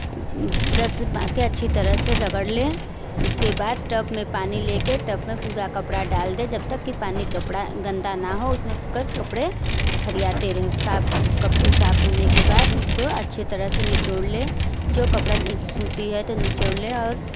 brace मार कर अच्छी तरह से रगड़ लें उसके बाद टब में पानी लेकर टब में पूरा कपड़ा डाल दें जब तक की पानी कपड़ा गंदा न हो उसमें के कपड़े फरियाते रहें साथ कपड़े साफ होने के बाद उसको अच्छी तरह से निचोड़ लें जो कपड़ा सूती है तो निचोड़ लें और